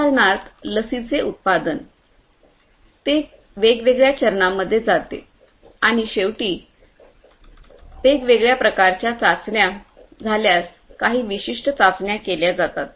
उदाहरणार्थ लसीचे उत्पादन ते वेगवेगळ्या चरणांमध्ये जाते आणि शेवटी वेगवेगळ्या प्रकारच्या चाचण्या झाल्यास काही विशिष्ट चाचण्या केल्या जातात